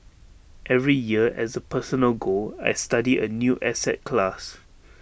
every year as A personal goal I study A new asset class